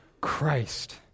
Christ